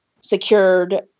secured